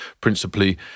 principally